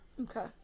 Okay